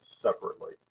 separately